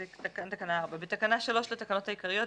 בתקנה 3 לתקנות העיקריות,